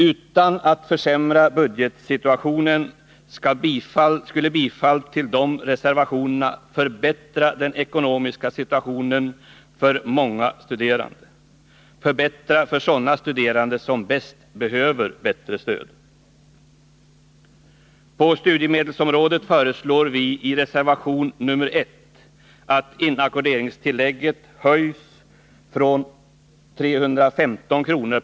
Utan att försämra budgetsituationen skulle bifall till de reservationerna förbättra den ekonomiska situationen för många studerande, förbättra för sådana studerande som bäst behöver bättre stöd. På studiehjälpsområdet föreslår vi i reservation nr 1 att inackorderingstilllägget höjs från 315 kr.